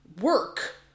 work